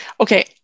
okay